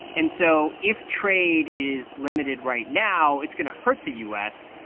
and so if trade is limited right now, it's going to hurt the u s.